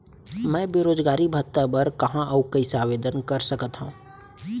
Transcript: मैं बेरोजगारी भत्ता बर कहाँ अऊ कइसे आवेदन कर सकत हओं?